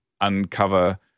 uncover